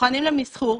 מוכנים למסחור,